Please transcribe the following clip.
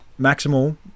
Maximal